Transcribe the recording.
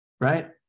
right